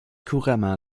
couramment